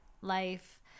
life